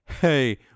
Hey